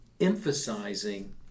emphasizing